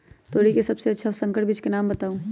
तोरी के सबसे अच्छा संकर बीज के नाम बताऊ?